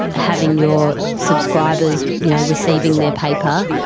having your subscribers you know receiving their paper,